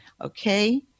Okay